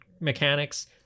mechanics